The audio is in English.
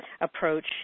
approach